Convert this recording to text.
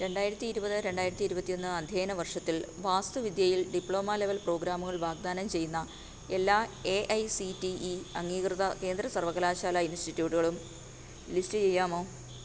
രണ്ടായിരത്തി ഇരുപത് രണ്ടായിരത്തി ഇരുപത്തി ഒന്ന് അദ്ധ്യായന വർഷത്തിൽ വാസ്തുവിദ്യയിൽ ഡിപ്ലോമ ലെവൽ പ്രോഗ്രാമുകൾ വാഗ്ദാനം ചെയ്യുന്ന എല്ലാ A I C T E അംഗീകൃത കേന്ദ്ര സർവകലാശാല ഇൻസ്റ്റിറ്റ്യൂട്ടുകളും ലിസ്റ്റ് ചെയ്യാമോ